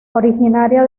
originaria